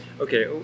okay